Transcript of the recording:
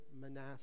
Manasseh